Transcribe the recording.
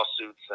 lawsuits